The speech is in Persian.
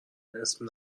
اسم